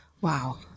Wow